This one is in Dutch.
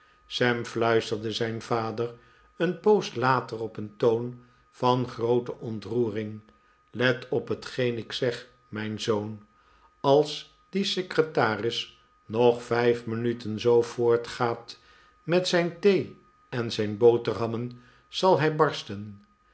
sam fluisterde zijn vader een poos later op een toon van groote ontroering let op hetgeen ik zeg mijn zoon als die secretaris nog vijf minuten zoo voortgaat met zijn thee en zijn boterhammen zal hij barsten